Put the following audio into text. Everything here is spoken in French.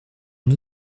une